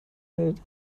welt